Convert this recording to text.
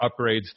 upgrades